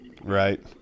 Right